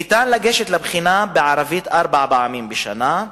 ניתן לגשת לבחינה בערבית ארבע פעמים בשנה,